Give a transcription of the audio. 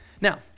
Now